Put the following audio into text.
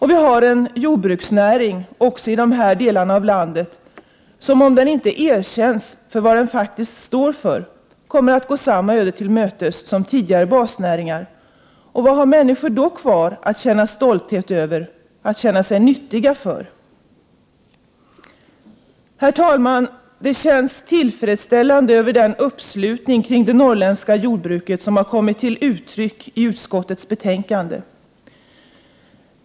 Vi har en jordbruksnäring i dessa delar av landet som, om den inte erkänns för vad den faktiskt står för, kommer att gå samma öde till mötes som tidigare basnäringar. Vad har människor då kvar att känna stolthet över? Hur skall de känna sig nyttiga? Herr talman! Jag känner stor tillfredsställelse över den uppslutning kring det norrländska jordbruket som har kommit till uttryck i utskottets betänkande.